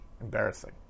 Embarrassing